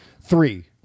Three